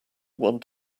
want